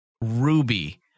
Ruby